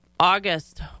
August